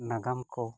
ᱱᱟᱜᱟᱢ ᱠᱚ